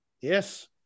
Yes